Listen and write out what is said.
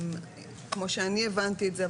כמו שאני הבנתי את זה,